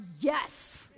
yes